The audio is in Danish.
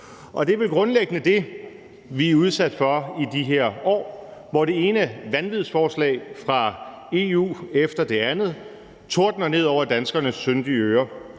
Det er vel grundlæggende det, vi er udsat for i de her år, hvor det ene vanvidsforslag fra EU efter det andet tordner ned over danskernes syndige ører.